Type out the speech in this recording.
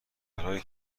برای